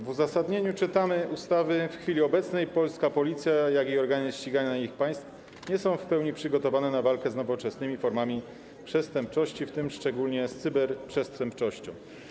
W uzasadnieniu ustawy czytamy: W chwili obecnej polska Policja, jak również organy ścigania innych państw nie są w pełni przygotowane na walkę z nowoczesnymi formami przestępczości, w tym szczególnie z cyberprzestępczością.